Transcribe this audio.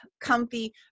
comfy